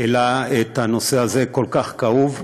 שהעלה את הנושא הזה, הכל-כך כאוב.